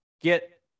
get